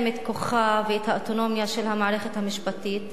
את הכוח ואת האוטונומיה של המערכת המשפטית,